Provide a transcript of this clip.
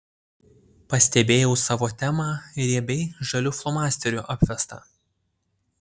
pastebėjau savo temą riebiai žaliu flomasteriu apvestą